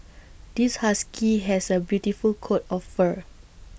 this husky has A beautiful coat of fur